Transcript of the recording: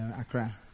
Accra